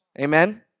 Amen